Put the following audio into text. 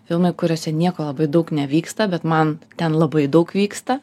filmai kuriuose nieko labai daug nevyksta bet man ten labai daug vyksta